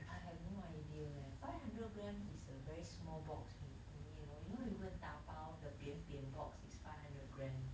I have no idea leh five hundred gram is a very small box hill only you know you know you go and 打包的扁扁 box is five hundred gram